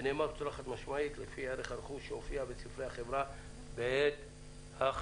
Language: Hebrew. ונאמר חד משמעית שזה לפי ערך הרכוש שהופיע בספרי החברה בעת החקיקה.